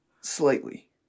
Slightly